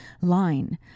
line